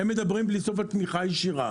הם מדברים בלי סוף על תמיכה ישירה.